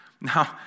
Now